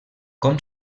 com